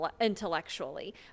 intellectually